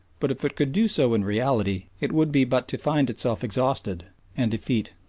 but if it could do so in reality it would be but to find itself exhausted and effete.